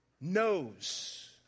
knows